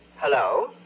Hello